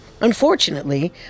Unfortunately